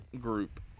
group